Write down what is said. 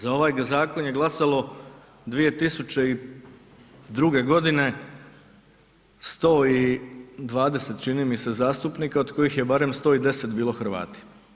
Za ovaj zakon je glasalo 2002. godine 120 čini mi se zastupnika od kojih je barem 110 bilo Hrvati.